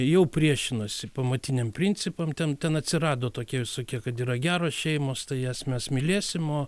jau priešinosi pamatiniam principam ten ten atsirado tokie visokie kad yra geros šeimos tai jas mes mylėsim o